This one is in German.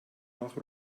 nach